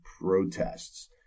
protests